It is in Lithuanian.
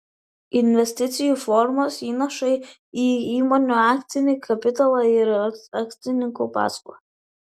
investicijų formos įnašai į įmonių akcinį kapitalą ir akcininkų paskolos